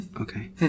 Okay